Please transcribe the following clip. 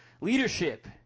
Leadership